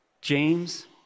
James